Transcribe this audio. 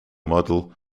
model